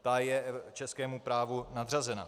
Ta je českému právu nadřazena.